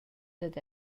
dad